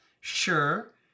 Sure